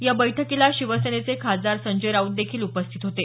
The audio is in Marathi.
या बैठकीला शिवसेनेचे खासदार संजय राऊतदेखील उपस्थित होते